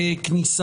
אז זה קודם כל נפתר.